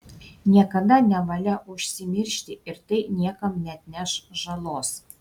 niekada nevalia užsimiršti ir tai niekam neatneš žalos